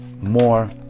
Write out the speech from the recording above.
more